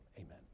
amen